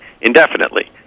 indefinitely